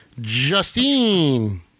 Justine